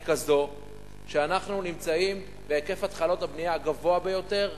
הוא כזה שאנו נמצאים בהיקף התחלות הבנייה הגדול ביותר,